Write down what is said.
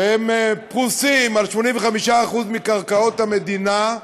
שהם פרוסים על 85% מקרקעות המדינה,